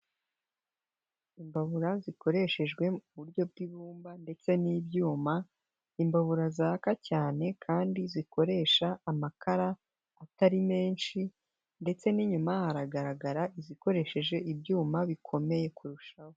Imbabura zikoreshejwe mu buryo bw'ibumba ndetse n'ibyuma, imbabura zaka cyane kandi zikoresha amakara atari menshi ndetse n'inyuma haragaragara izikoresheje ibyuma bikomeye kurushaho.